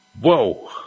Whoa